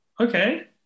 Okay